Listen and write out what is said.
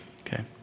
Okay